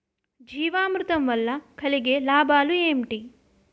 జీవామృతం వల్ల కలిగే లాభాలు ఏంటి?